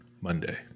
Monday